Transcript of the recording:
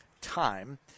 time